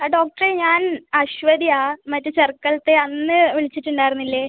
ആ ഡോക്ടറെ ഞാൻ അശ്വതിയാണ് മറ്റേ ചെറക്കൽത്തെ അന്ന് വിളിച്ചിട്ട് ഉണ്ടായിരുന്നില്ലെ